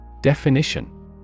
Definition